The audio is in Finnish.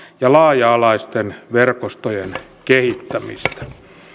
ja laaja alaisten verkostojen kehittämistä